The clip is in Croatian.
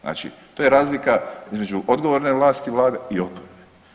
Znači to je razlika između odgovorne vlasti i Vlade i oporbe.